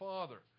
Father